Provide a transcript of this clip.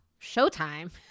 Showtime